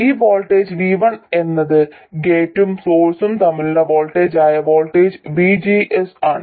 ഈ voltage V1 എന്നത് ഗേറ്റും സോഴ്സും തമ്മിലുള്ള വോൾട്ടേജായ വോൾട്ടേജ് VGS ആണ്